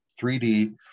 3D